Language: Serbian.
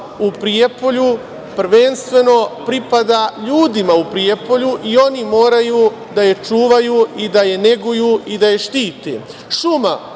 u Prijepolju prvenstveno pripada ljudima u Prijepolju i oni moraju da je čuvaju i da je neguju i da je štite. Šuma